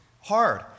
hard